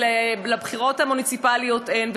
שלבחירות המוניציפליות אין,